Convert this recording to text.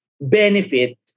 benefit